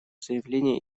заявление